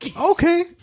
okay